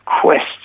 quests